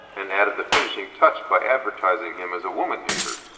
and added the finishing touch by advertising him as a woman-hater?